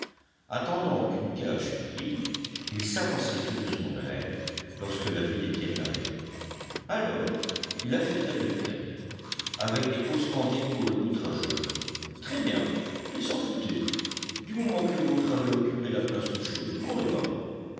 attendant qu'une cage fût libre il s'avançait furieusement vers elle lorsque la vue d'étienne l'arrêta alors il affecta de ricaner avec des haussements d'épaules outrageux très bien il s'en foutait du moment que l'autre avait occupé la place toute chaude bon débarras